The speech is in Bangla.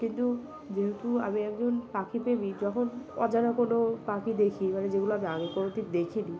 কিন্তু যেহেতু আমি একজন পাখি প্রেমী যখন অজানা কোনো পাখি দেখি মানে যেগুলো আমি আগে কোনদিন দেখিনি